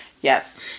yes